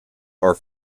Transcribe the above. are